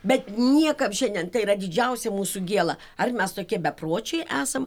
bet niekam šiandien tai yra didžiausia mūsų gėla ar mes tokie bepročiai esam